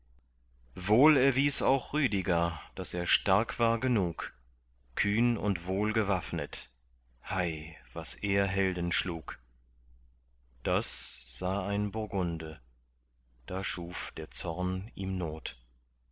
wohl erwies auch rüdiger daß er stark war genug kühn und wohl gewaffnet hei was er helden schlug das sah ein burgunde da schuf der zorn ihm not